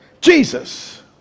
jesus